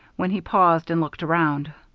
when he paused and looked around.